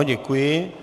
Děkuji.